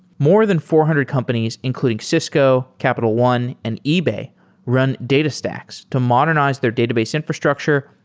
more than four hundred companies including cisco, capital one, and ebay run datastax to modernize their database infrastructure,